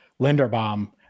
Linderbaum